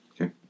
Okay